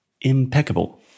impeccable